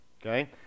Okay